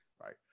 right